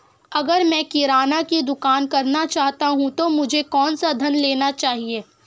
अगर मैं किराना की दुकान करना चाहता हूं तो मुझे कौनसा ऋण लेना चाहिए?